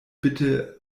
bitte